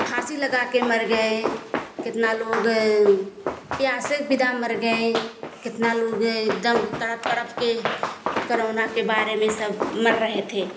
फाँसी लगा के मर गए कितना लोग प्यासे बिना मर गए कितना लोग एकदम तड़प तड़प के कोरोना के बारे में सब मर रहे थे